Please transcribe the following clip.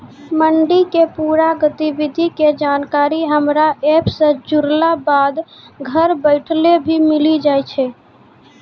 मंडी के पूरा गतिविधि के जानकारी हमरा एप सॅ जुड़ला बाद घर बैठले भी मिलि जाय छै